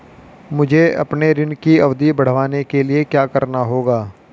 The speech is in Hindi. मुझे अपने ऋण की अवधि बढ़वाने के लिए क्या करना होगा?